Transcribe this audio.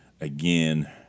again